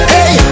Hey